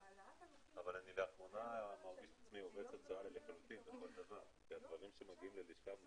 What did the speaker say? ה-4 באוגוסט 2020. על סדר יומנו המשך הדיון של הוועדה